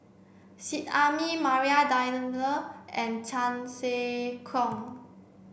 Seet Ai Mee Maria and Chan Sek Keong